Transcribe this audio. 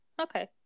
Okay